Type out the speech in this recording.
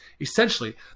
Essentially